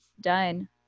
done